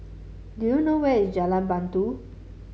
do you know where is Jalan Batu